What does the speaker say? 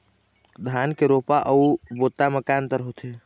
धन के रोपा अऊ बोता म का अंतर होथे?